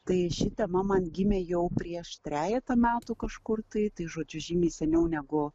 tai ši tema man gimė jau prieš trejetą metų kažkur tai tai žodžiu žymiai seniau negu